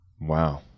Wow